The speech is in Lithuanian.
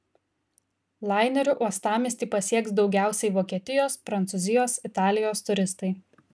laineriu uostamiestį pasieks daugiausiai vokietijos prancūzijos italijos turistai